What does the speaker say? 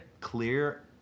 clear